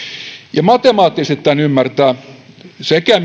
matemaattisesti tämän ymmärtää minusta sekä